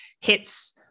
hits